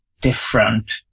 different